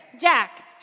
Jack